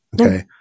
Okay